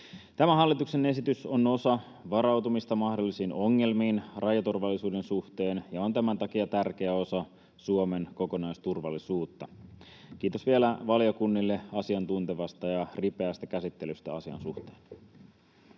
Tämä hallituksen esitys on osa varautumista mahdollisiin ongelmiin rajaturvallisuuden suhteen ja on tämän takia tärkeä osa Suomen kokonaisturvallisuutta. Kiitos vielä valiokunnille asiantuntevasta ja ripeästä käsittelystä asian suhteen.